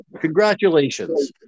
Congratulations